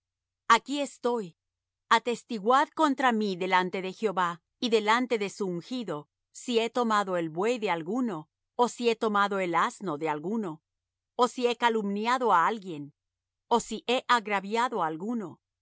aquí estoy atestiguad contra mí delante de jehová y delante de su ungido si he tomado el buey de alguno ó si he tomado el asno de alguno ó si he calumniado á alguien ó si he agraviado á alguno